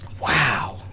Wow